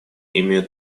имеют